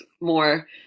more